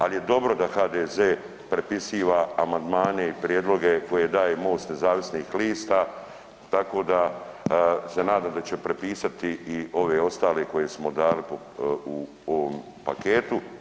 Ali je dobro da HDZ prepisiva amandmane i prijedloge koje daje Most nezavisnih lista, tako da se nadam da će prepisati i ove ostale koje smo dali u ovom paketu.